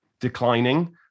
declining